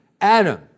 Adam